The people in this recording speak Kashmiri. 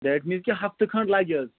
دیٹ میٖنٕز کہِ ہفتہٕ کھٔنٛڈ لَگہِ حظ